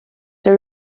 the